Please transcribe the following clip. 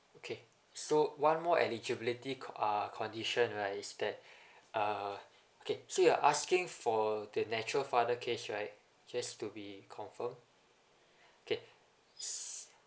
okay so one more eligibility co~ uh condition right is that uh okay so you're asking for the nature father case right just to be confirm okay